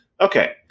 Okay